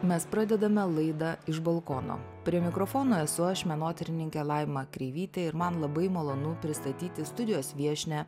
mes pradedame laidą iš balkono prie mikrofono esu aš menotyrininkė laima kreivytė ir man labai malonu pristatyti studijos viešnią